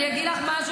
אני אגיד לך משהו,